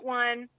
one